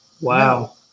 Wow